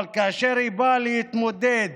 כאשר היא באה להתמודד